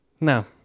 No